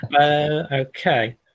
Okay